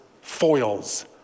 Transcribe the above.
foils